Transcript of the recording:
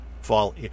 fall